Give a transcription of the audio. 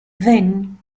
then